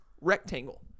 rectangle